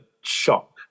shock